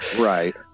Right